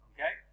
Okay